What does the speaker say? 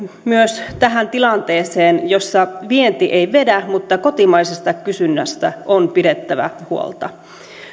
myös tähän tilanteeseen jossa vienti ei vedä mutta kotimaisesta kysynnästä on pidettävä huolta